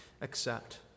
accept